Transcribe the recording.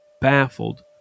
baffled